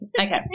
Okay